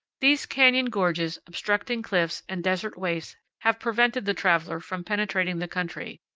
these canyon gorges, obstructing cliffs, and desert wastes have prevented the traveler from penetrating the country,